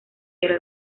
era